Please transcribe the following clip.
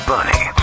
Bunny